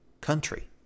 country